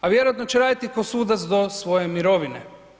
A vjerojatno će raditi kao sudac do svoje mirovine.